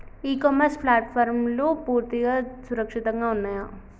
ఇ commerce ప్లాట్ఫారమ్లు పూర్తిగా సురక్షితంగా ఉన్నయా?